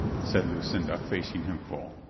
said lucinda, facing him full.